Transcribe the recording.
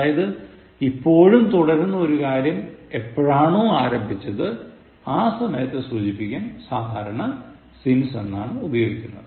അതായത് ഇപ്പോഴും തുടരുന്ന ഒരു കാര്യം എപ്പോഴാണോ ആരംഭിച്ചത് ആ സമയത്തെ സൂചിപ്പിക്കാൻ സാധാരണ since എന്ന് ഉപയോഗിക്കുന്നു